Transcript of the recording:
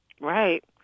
right